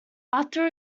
after